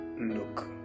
look